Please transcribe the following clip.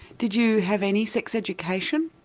did you have any sex education?